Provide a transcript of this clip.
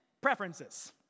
preferences